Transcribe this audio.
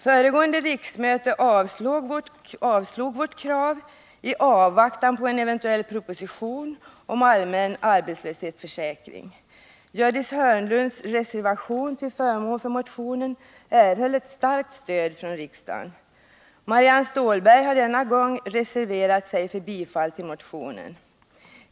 Föregående riksmöte avslog vårt krav i avvaktan på en eventuell proposition om allmän arbetslöshetsförsäkring. Gördis Hörnlunds reservation till förmån för motionen erhöll ett starkt stöd från riksdagen. Marianne Stålberg har denna gång reserverat sig och yrkat bifall till motionen.